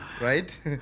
right